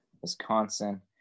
Wisconsin